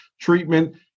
treatment